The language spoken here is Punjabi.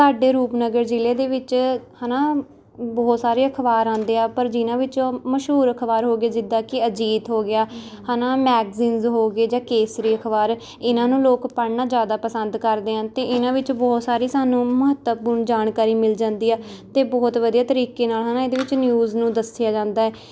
ਸਾਡੇ ਰੂਪਨਗਰ ਜ਼ਿਲ੍ਹੇ ਦੇ ਵਿੱਚ ਹੈ ਨਾ ਬਹੁਤ ਸਾਰੇ ਅਖ਼ਬਾਰ ਆਉਂਦੇ ਆ ਪਰ ਜਿਨ੍ਹਾਂ ਵਿੱਚੋਂ ਮਸ਼ਹੂਰ ਅਖ਼ਬਾਰ ਹੋ ਗਏ ਜਿੱਦਾਂ ਕਿ ਅਜੀਤ ਹੋ ਗਿਆ ਹੈ ਨਾ ਮੈਗਜ਼ੀਨਸਜ਼ ਹੋ ਗਏ ਜਾਂ ਕੇਸਰੀ ਅਖ਼ਬਾਰ ਇਨ੍ਹਾਂ ਨੂੰ ਲੋਕ ਪੜ੍ਹਨਾ ਜ਼ਿਆਦਾ ਪਸੰਦ ਕਰਦੇ ਹਨ ਅਤੇ ਇਨ੍ਹਾਂ ਵਿੱਚ ਬਹੁਤ ਸਾਰੀ ਸਾਨੂੰ ਮਹੱਤਵਪਰਨ ਜਾਣਕਾਰੀ ਮਿਲ ਜਾਂਦੀ ਹੈ ਅਤੇ ਬਹੁਤ ਵਧੀਆ ਤਰੀਕੇ ਨਾਲ ਹੈ ਨਾ ਇਹਦੇ ਵਿੱਚ ਨਿਊਜ਼ ਨੂੰ ਦੱਸਿਆ ਜਾਂਦਾ ਹੈ